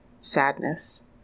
sadness